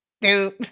dude